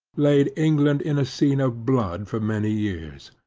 laid england in a scene of blood for many years.